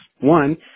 One